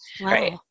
Right